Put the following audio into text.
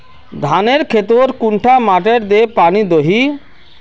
धानेर खेतोत कुंडा मोटर दे पानी दोही?